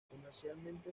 comercialmente